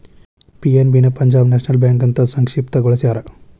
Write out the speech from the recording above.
PNB ನ Punjab national bank ಅಂತ ಸಂಕ್ಷಿಪ್ತ ಗೊಳಸ್ಯಾರ